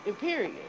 period